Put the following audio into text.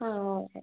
ആ ഓക്കേ